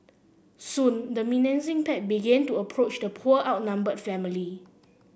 soon the menacing pack began to approach the poor outnumbered family